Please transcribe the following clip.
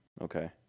Okay